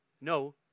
No